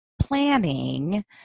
planning